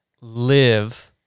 live